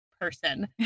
person